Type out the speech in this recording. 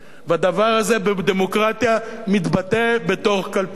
והדבר הזה בדמוקרטיה מתבטא בתוך קלפיות.